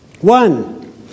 One